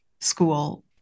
school